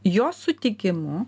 jo sutikimu